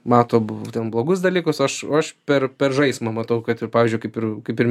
mato būtent blogus dalykus aš aš per per žaismą matau kad ir pavyzdžiui kaip ir kaip ir